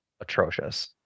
atrocious